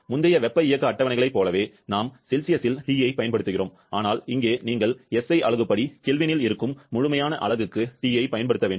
முந்தைய வெப்ப இயக்க அட்டவணைகளைப் போலவே நாம் செல்சியஸில் T ஐப் பயன்படுத்துகிறோம் ஆனால் இங்கே நீங்கள் SI அலகுப்படி கெல்வினில் இருக்கும் முழுமையான அலகுக்கு T ஐப் பயன்படுத்த வேண்டும்